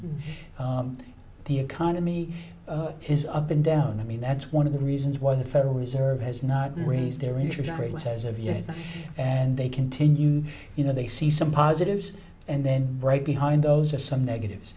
meet the economy has up and down i mean that's one of the reasons why the federal reserve has not raised their interest rates as of yet and they continue you know they see some positives and then right behind those are some negatives